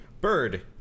Bird